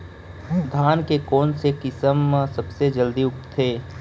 धान के कोन से किसम सबसे जलदी उगथे?